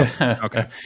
okay